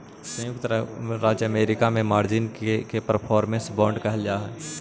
संयुक्त राज्य अमेरिका में मार्जिन के परफॉर्मेंस बांड कहल जा हलई